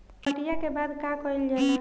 कटिया के बाद का कइल जाला?